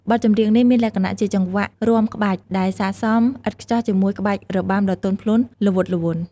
បទចម្រៀងនេះមានលក្ខណៈជាចង្វាក់រាំក្បាច់ ដែលស័ក្តិសមឥតខ្ចោះជាមួយក្បាច់របាំដ៏ទន់ភ្លន់ ល្វត់ល្វន់។